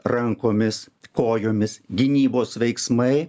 rankomis kojomis gynybos veiksmai